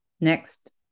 next